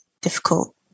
difficult